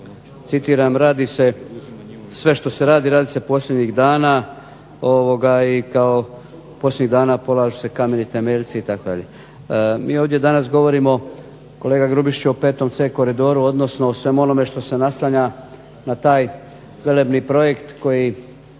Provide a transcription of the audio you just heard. citiram, radi se sve što se radi, radi se posljednjih dana i kao posljednjih dana polažu se kameni temeljci itd. Mi ovdje danas govorimo kolega Grubišiću o VC koridoru, odnosno o svemu onome što se naslanja na taj velebni projekt koji